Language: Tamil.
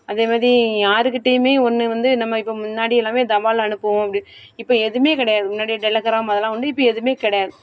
அதே மாதிரி யார் கிட்டையுமே ஒன்று வந்து நம்ம இப்போ முன்னாடி எல்லாமே தபால் அனுப்புவோம் அப்படி இப்போ எதுவுமே கிடையாது முன்னாடி டெலிகிராம் அதெலாம் வந்து இப்போ எதுவுமே கிடையாது